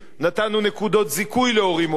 נתנו נקודות זיכוי להורים עובדים,